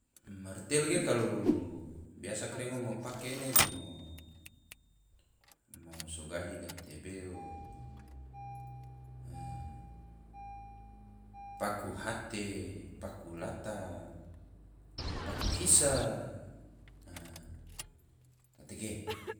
Martel ge kalu biasa ngom mo pake ene ge mo so gahi gatebe o paku hate, paku lata, paku hisa. gatege